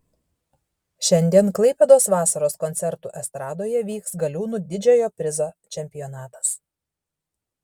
šiandien klaipėdos vasaros koncertų estradoje vyks galiūnų didžiojo prizo čempionatas